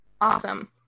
Awesome